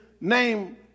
name